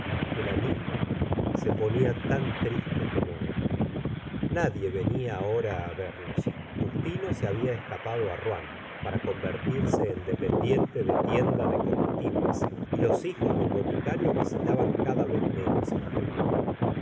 que la nií'ía se ponía tan triste como él la se ora de bovary nadie venia ahora á verlos justino se había escapado á rouen para convertirse en dependiente de tienda de comestibles y los hijos del boticario visitaban cada vez menos á la pequeña